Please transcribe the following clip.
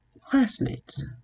classmates